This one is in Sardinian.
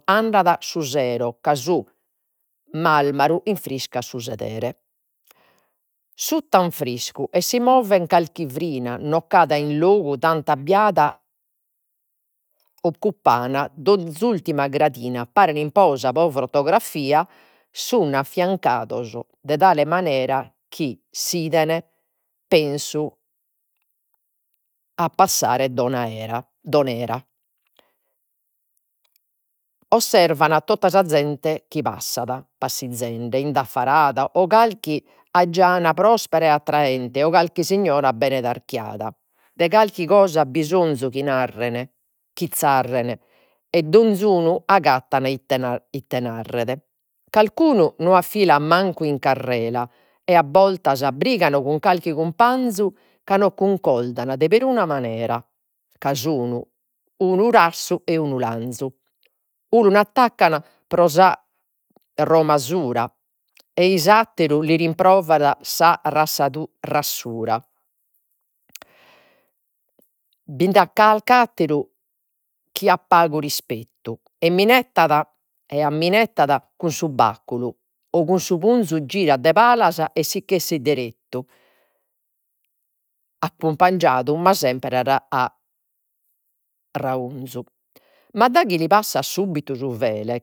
Andat su ca su marmaru infriscat su sedere. Sutta an friscu, e si movet carchi frina no ch’at in logu tanta occupan donz'ultima gradina, paren in posa pro fotografia sun affiancados de tale manera, chi s'iden pensu a passare Don Era. Osservan totta canta sa zente, chi passat passizende indaffarada, o calchi ajana prospera e attraente, o calchi signora bene tarchiada, de carchi cosa bisonzu chi narren, chi e donz'unu agattan ite narrere. Carchi unu no affilat mancu in carrera e a bortas brigat cun carchi cumpanzu ca no cuncordan de peruna manera, ca sun unu rassu e unu lanzu, unu l'attaccat pro sa romasura ei s'atteru li rimproverat sa rassura. Bi nd'at calch'atteru chi ha pagu rispettu, e minettat e amminettat cun su bacculu, o cun su punzu girat de palas e si 'essit derettu ma sempre a raunzu ma daghi li passat subitu su fele